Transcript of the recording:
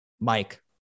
Mike